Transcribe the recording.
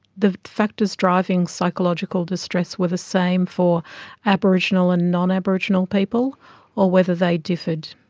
the factors driving psychological distress were the same for aboriginal and non-aboriginal people or whether they differed.